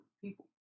people